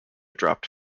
dropped